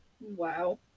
Wow